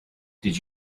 did